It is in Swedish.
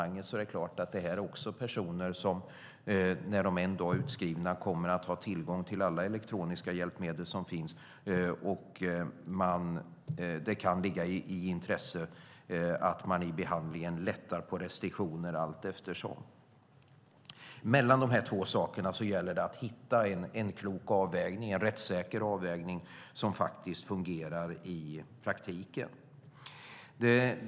När de här personerna en dag blir utskrivna kommer de att ha tillgång till alla elektroniska hjälpmedel som finns, och det kan ligga i intresse att man under behandlingen lättar på restriktioner allteftersom. Det gäller att mellan dessa två saker hitta en klok och rättssäker avvägning som fungerar i praktiken.